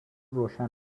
روشنه